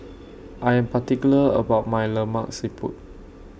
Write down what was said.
I Am particular about My Lemak Siput